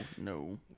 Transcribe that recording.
No